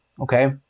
okay